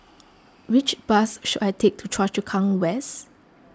which bus should I take to Choa Chu Kang West